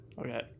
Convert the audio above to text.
Okay